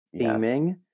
Theming